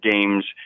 games